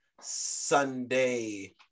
Sunday